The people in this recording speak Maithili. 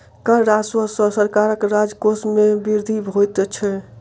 कर राजस्व सॅ सरकारक राजकोश मे वृद्धि होइत छै